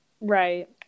Right